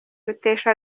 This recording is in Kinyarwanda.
rutesha